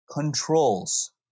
controls